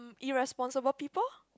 irresponsible people